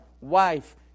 wife